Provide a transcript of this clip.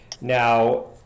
Now